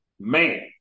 Man